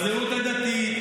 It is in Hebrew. בזהות הדתית,